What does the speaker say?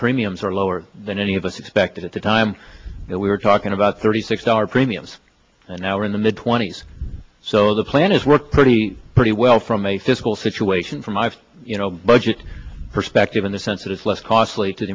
premiums are lower than any of us expected at the time that we were talking about thirty six dollars premiums and now we're in the mid twenty's so the plan is worked pretty pretty well from a fiscal situation from i've you know budget perspective in the sense that it's less costly to